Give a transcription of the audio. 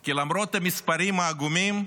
כי למרות המספרים העגומים,